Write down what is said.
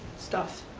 stuff.